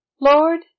Lord